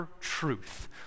truth